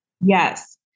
Yes